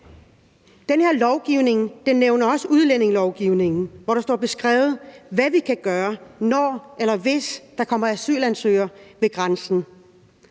Den her lovgivning nævner også udlændingelovgivningen, hvor der står beskrevet, hvad vi kan gøre, når eller hvis der kommer asylansøgere ved grænsen.